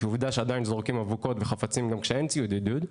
כי עובדה שעדיין זורקים אבוקות וחפצים גם כשאין ציוד עידוד,